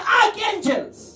archangels